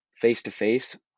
face-to-face